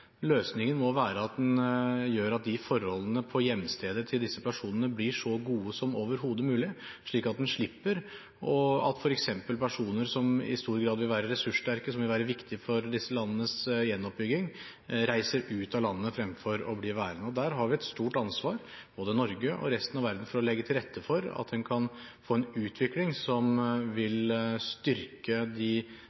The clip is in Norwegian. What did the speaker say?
Løsningen må være at man gjør at forholdene på hjemstedet til disse personene blir så gode som overhodet mulig, slik at man unngår at f.eks. personer som i stor grad vil være ressurssterke, som vil være viktige for disse landenes gjenoppbygging, reiser ut av landet fremfor å bli værende. Der har vi et stort ansvar, både Norge og resten av verden, for å legge til rette for at man kan få en utvikling som vil styrke de